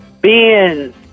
Ben